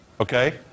Okay